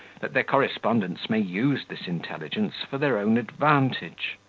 that their correspondents may use this intelligence for their own advantage.